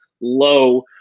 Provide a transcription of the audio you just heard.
low